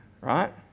right